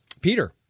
Peter